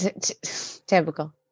Typical